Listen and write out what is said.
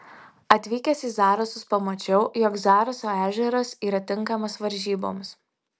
atvykęs į zarasus pamačiau jog zaraso ežeras yra tinkamas varžyboms